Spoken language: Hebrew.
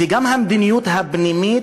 וגם המדיניות הפנימית,